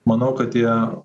manau kad jie